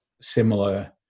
similar